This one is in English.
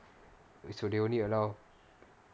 so the only allow